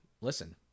listen